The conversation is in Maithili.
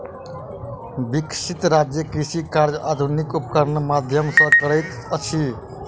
विकसित राज्य कृषि कार्य आधुनिक उपकरणक माध्यम सॅ करैत अछि